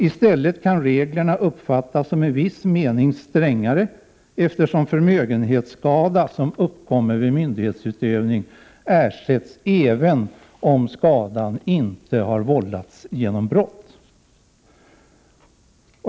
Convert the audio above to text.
I stället kan reglerna uppfattas som i viss mening strängare, eftersom förmögenhetsskada som uppkommer vid myndighetsutövning ersätts även om skadan inte har vållats genom brott.